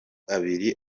abiri